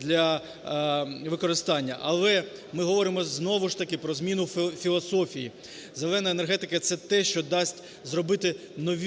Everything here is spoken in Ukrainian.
для використання. Але ми говоримо знову ж таки про зміну філософії. 2Зелена енергетика" – це те, що дасть зробити